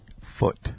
Foot